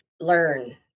Learn